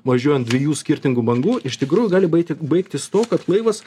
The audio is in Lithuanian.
važiuoja ant dviejų skirtingų bangų iš tikrųjų gali baiti baigtis tuo kad laivas